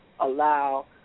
allow